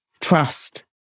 trust